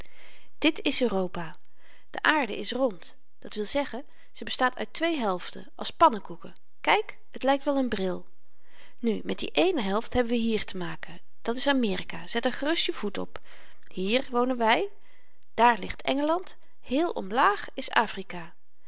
dit is europa de aarde is rond dat wil zeggen ze bestaat uit twee helften als pannekoeken kyk t lykt wel n bril nu met die eene helft hebben we niet te maken dat is amerika zet r gerust je voet op hier wonen wy daar ligt engeland heel omlaag is afrika